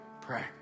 pray